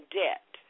debt